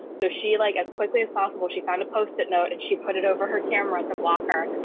so she like as quickly as possible. she found a post it note and she put it over her camera, it's a blocker,